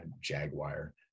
Jaguar